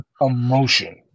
emotion